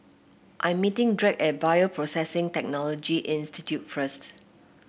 I am meeting Drake at Bioprocessing Technology Institute first